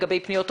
לגבי פניות,